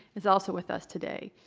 is also with us today.